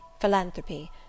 philanthropy